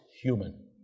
human